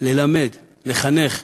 ללמד, לחנך.